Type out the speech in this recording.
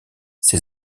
ses